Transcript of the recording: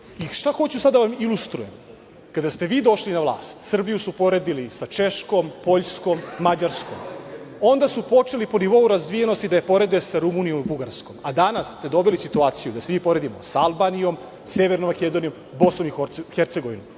5%.Šta hoću sada da vam ilustrujem? Kada ste vi došli na vlast, Srbiju su poredili sa Češkom, Poljskom, Mađarskom. Onda su počeli po nivou razvijenosti da porede sa Rumunijom i Bugarskom. Danas ste dobili situaciju da se mi poredimo sa Albanijom, Severnom Makedonijom, Bosnom i Hercegovinom,